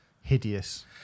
hideous